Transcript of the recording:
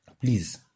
please